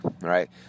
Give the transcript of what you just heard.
right